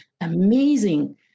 amazing